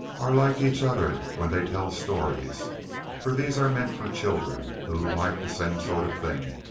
are like each other when they tell stories for these are meant for children, who like the same sort of thing,